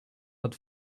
had